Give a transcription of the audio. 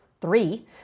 three